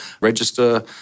register